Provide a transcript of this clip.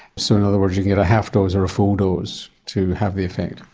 so in other words you get a half dose or a full dose to have the effect.